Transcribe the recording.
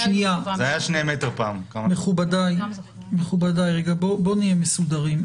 שנייה מכובדי רגע בוא נהיה מסודרים,